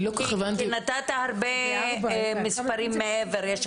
כי נתת הרבה מספרים מעבר לזה.